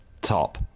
Top